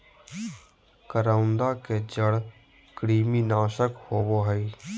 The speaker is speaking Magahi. करौंदा के जड़ कृमिनाशक होबा हइ